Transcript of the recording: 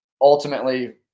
ultimately